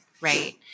Right